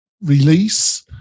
release